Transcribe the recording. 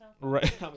right